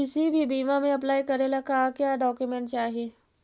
किसी भी बीमा में अप्लाई करे ला का क्या डॉक्यूमेंट चाही?